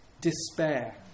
despair